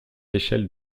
échelles